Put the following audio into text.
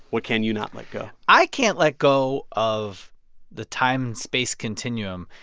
what can you not let go? i can't let go of the time-space continuum.